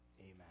Amen